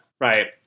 right